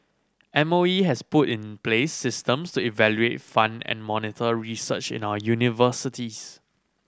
M O E has put in place systems to evaluate fund and monitor research in our universities